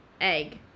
egg